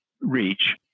reach